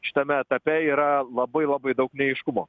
šitame etape yra labai labai daug neaiškumo